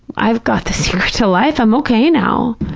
i've got the secret to life, i'm okay now.